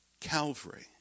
Calvary